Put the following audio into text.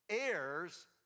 heirs